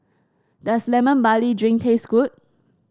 does Lemon Barley Drink taste good